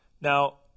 Now